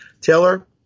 Taylor